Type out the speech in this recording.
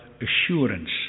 assurance